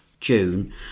June